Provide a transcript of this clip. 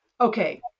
okay